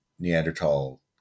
Neanderthal